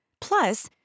Plus